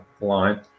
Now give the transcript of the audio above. line